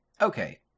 Okay